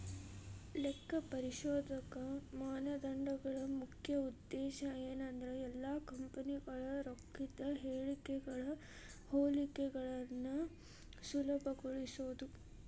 ಲೆಕ್ಕಪರಿಶೋಧಕ ಮಾನದಂಡಗಳ ಮುಖ್ಯ ಉದ್ದೇಶ ಏನಂದ್ರ ಎಲ್ಲಾ ಕಂಪನಿಗಳ ರೊಕ್ಕದ್ ಹೇಳಿಕೆಗಳ ಹೋಲಿಕೆಯನ್ನ ಸುಲಭಗೊಳಿಸೊದು